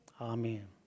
Amen